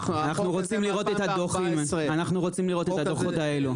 אנחנו רוצים לראות את הדוחות האלו.